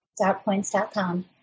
Dartpoints.com